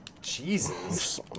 jesus